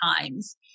times